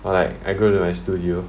or like I go to my studio